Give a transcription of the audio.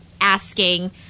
asking